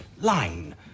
line